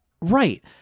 Right